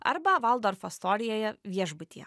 arba valdorf astorijoje viešbutyje